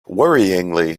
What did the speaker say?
worryingly